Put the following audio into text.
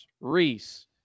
Reese